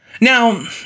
Now